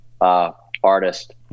artist